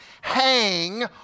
hang